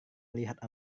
melihat